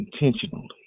intentionally